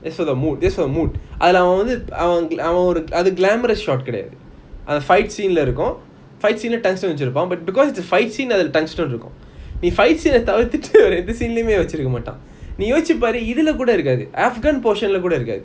that's for the mood that's the mood அதுல அவன் வந்து:athula avan vanthu glamorous shot கிடையாது:kedaiyathu fight scene இருக்கும்:irukum fight scene lah tungsten வெச்சி இருப்பான்:vechi irupan because the fight scene அதுல:athula tungsten இருக்கும்:irukum if fight scene தவிர்த்திடு மத ஏகாந்த வெச்சி இருக்க மாட்டான் நீ யோசிச்சி பாரு:thavirthitu matha yeantha vechi iruka maatan nee yosichi paaru afghan portion lah கூட இருக்காது:kuda irukathu